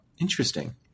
Interesting